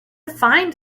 find